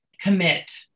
Commit